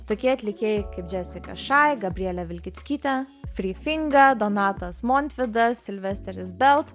tokie atlikėjai kaip jesika šai gabrielė vilkickytė free finga donatas montvydas silvesteris belt